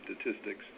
statistics